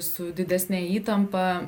su didesne įtampa